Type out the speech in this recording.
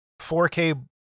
4K